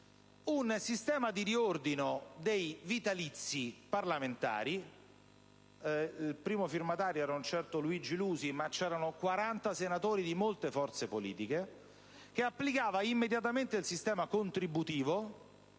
un sistema di riordino dei vitalizi parlamentari - il primo firmatario era un certo Luigi Lusi, ma c'erano 40 senatori di molte forze politiche - che applicava immediatamente il sistema contributivo